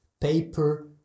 paper